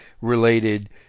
related